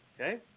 Okay